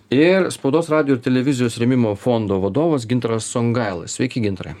ir spaudos radijo ir televizijos rėmimo fondo vadovas gintaras songaila sveiki gintarai